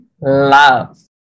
love